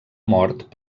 mort